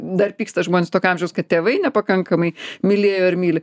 dar pyksta žmonės tokio amžiaus kad tėvai nepakankamai mylėjo ir myli